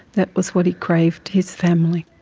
that was what he craved, his family.